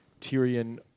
Tyrion